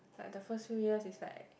like the first few years is like